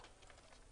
אין.